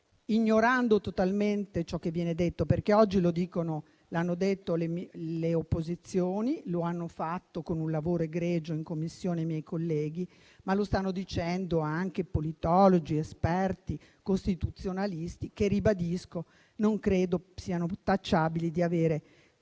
ignorando totalmente ciò che viene detto, perché oggi l'hanno detto le opposizioni, l'hanno fatto con un lavoro egregio in Commissione i miei colleghi, ma lo stanno dicendo anche politologi ed esperti costituzionalisti che, ribadisco, non credo siano tacciabili di avere